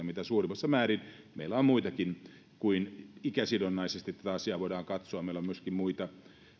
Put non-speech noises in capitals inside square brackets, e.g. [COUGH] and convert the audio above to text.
[UNINTELLIGIBLE] mitä suurimmassa määrin me voimme muutenkin kuin ikäsidonnaisesti tätä asiaa katsoa meillä on myöskin muita